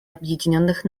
объединенных